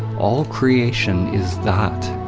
all creation is that,